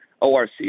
ORC